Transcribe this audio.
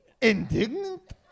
Indignant